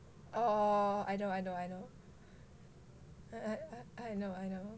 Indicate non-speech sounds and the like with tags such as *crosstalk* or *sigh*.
oh I know I know I know *noise* I know I know